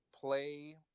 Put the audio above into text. play